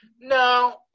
No